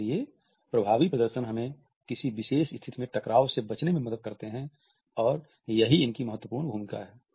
इसलिए प्रभावी प्रदर्शन हमें किसी विशेष स्थिति में टकराव से बचने में मदद करते हैं और यही इनकी महत्वपूर्ण भूमिका है